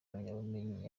impamyabumenyi